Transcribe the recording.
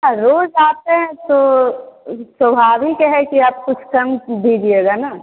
अ रोज आते हैं तो स्वाभाविक है कि आप कुछ कम दीजिएगा न